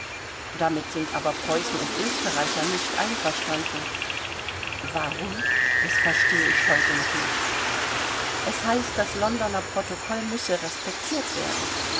damit sind aber preußen und österreich nicht einverstanden warum das verstehe ich heute noch nicht es heißt das londoner protokoll müsse respektiert werden